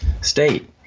state